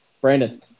Brandon